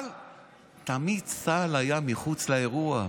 אבל תמיד צה"ל היה מחוץ לאירוע.